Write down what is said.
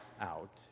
out